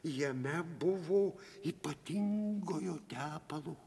jame buvo ypatingojo tepalo